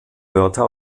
wörter